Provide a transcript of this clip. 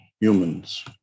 humans